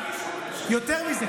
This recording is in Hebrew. יותר מזה,